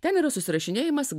ten yra susirašinėjimas